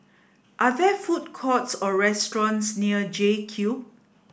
are there food courts or restaurants near J Cube